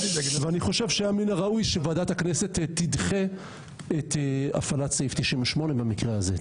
אני חושב שמן הראוי שוועדת הכנסת תידחה את הפעלת סעיף 98 במקרה הזה.